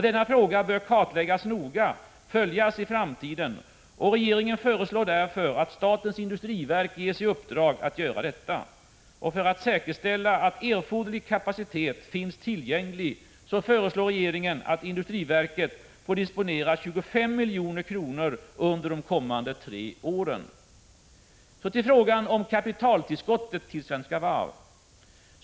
Denna fråga bör kartläggas och noga följas i framtiden, och regeringen föreslår därför att statens industriverk ges i uppdrag att göra detta. För att säkerställa att erforderlig kapacitet finns tillgänglig föreslår regeringen att industriverket får disponera 25 milj.kr. under de kommande tre åren. Så till frågan om kapitaltillskott till Svenska Varv.